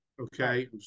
Okay